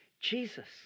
Jesus